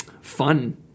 fun